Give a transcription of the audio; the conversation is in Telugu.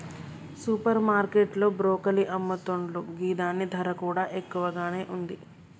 సూపర్ మార్కెట్ లో బ్రొకోలి అమ్ముతున్లు గిదాని ధర కూడా ఎక్కువగానే ఉంది